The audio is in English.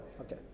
Okay